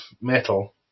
metal